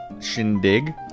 shindig